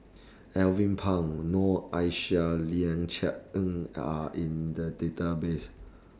Alvin Pang Noor Aishah and Ling Cher Eng Are in The Database